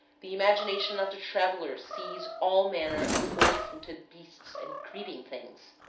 the imagination of the traveler sees all manner of four-footed beasts and creeping things.